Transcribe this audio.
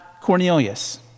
Cornelius